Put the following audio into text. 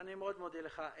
אני מאוד מודה לך.